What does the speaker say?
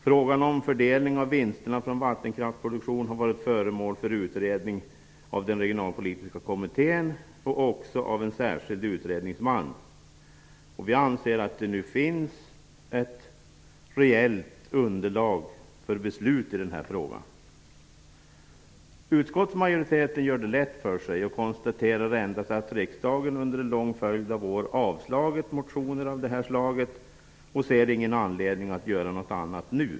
Frågan om fördelning av vinsterna från vattenkraftsproduktion har varit föremål för utredning av den regionalpolitiska kommittén och också av en särskild utredningsman. Vi anser att det nu finns ett reellt underlag för beslut i frågan. Utskottsmajoriteten gör det lätt för sig. Man konstaterar endast att riksdagen under en lång följd av år avslagit motioner av det här slaget, och man ser ingen anledning till att nu göra någonting annat.